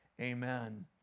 Amen